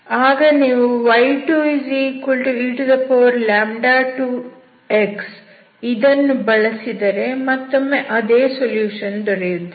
ಈಗ ನೀವು y2e2x ಇದನ್ನು ಬಳಸಿದರೆ ಮತ್ತೊಮ್ಮೆ ಅದೇ ಸೊಲ್ಯೂಷನ್ ದೊರೆಯುತ್ತದೆ